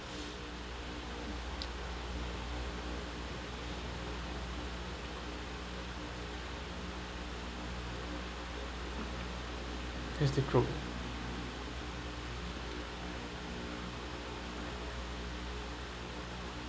that's the grow